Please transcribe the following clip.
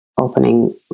opening